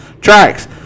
tracks